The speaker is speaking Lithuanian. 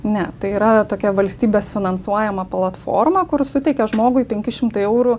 ne tai yra tokia valstybės finansuojama platforma kur suteikia žmogui penki šimtai eurų